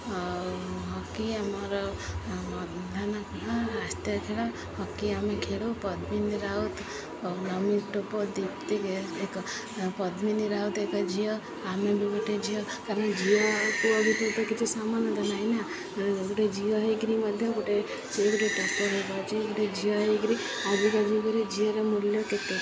ଆଉ ହକି ଆମର ପ୍ରଧାନ ଖେଳ ରାଷ୍ଟ୍ରୀୟ ଖେଳ ହକି ଆମେ ଖେଳୁ ପଦ୍ମିନୀ ରାଉତ ନମି ଟୋପୋ ଦୀପ୍ତି ପଦ୍ମୀନୀ ରାଉତ ଏକ ଝିଅ ଆମେ ବି ଗୋଟେ ଝିଅ କାରଣ ଝିଅକୁ କିଛି ସମାନତା ନାହିଁନା ଗୋଟେ ଝିଅ ହେଇକିରି ମଧ୍ୟ ଗୋଟେ ସେ ଗୋଟେ ଡକ୍ଟର୍ ପାରୁଛି ଗୋଟେ ଝିଅ ହେଇକିରି ଆଜିକା ଯୁଗରେ ଝିଅର ମୂଲ୍ୟ କେତେ